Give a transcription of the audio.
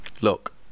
look